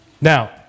Now